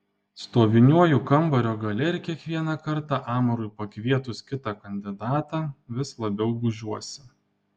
stoviniuoju kambario gale ir kiekvieną kartą amarui pakvietus kitą kandidatą vis labiau gūžiuosi